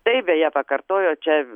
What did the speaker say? tai beje pakartojo čia